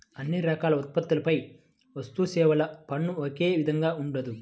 అన్ని రకాల ఉత్పత్తులపై వస్తుసేవల పన్ను ఒకే విధంగా ఉండదు